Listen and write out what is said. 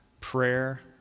prayer